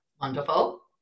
Wonderful